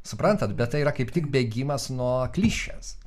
suprantat bet tai yra kaip tik bėgimas nuo klišės